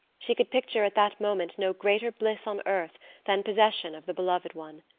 she could picture at that moment no greater bliss on earth than possession of the beloved one.